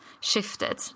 shifted